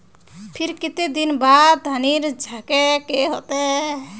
फिर केते दिन बाद धानेर झाड़े के होते?